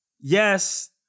Yes